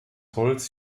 holz